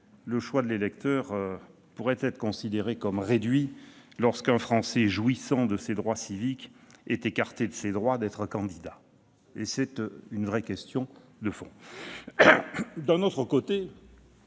le choix de l'électeur pourrait être considéré comme réduit lorsqu'un Français jouissant de ses droits civiques est écarté de son droit d'être candidat. C'est une véritable question de fond. D'un autre côté,